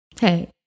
hey